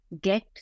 get